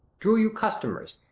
drew you customers,